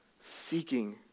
seeking